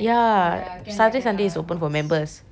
ya saturday sunday is open for members